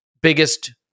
biggest